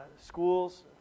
schools